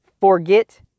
forget